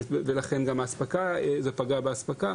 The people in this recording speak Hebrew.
ולכן זה פגע באספקה.